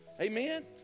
Amen